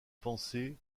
pensées